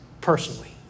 personally